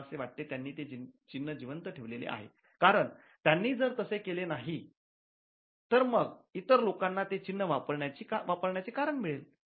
मला असे वाटते त्यांनी ते चिन्ह जिवंत ठेवलेले आहे कारण त्यांनी जर तसे केले नाही ही तर इतर लोकांना ते चिन्ह वापरण्याचे कारण मिळेल